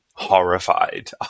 horrified